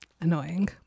Annoying